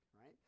right